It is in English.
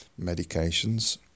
medications